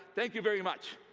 thank you very much.